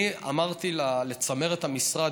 אני אמרתי לצמרת המשרד,